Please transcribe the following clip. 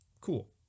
Cool